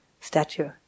statue